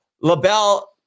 LaBelle